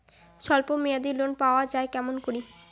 স্বল্প মেয়াদি লোন পাওয়া যায় কেমন করি?